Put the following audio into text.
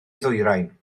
ddwyrain